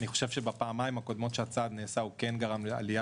בפעמיים הקודמות שהצעד נעשה הוא כן גרם לעלייה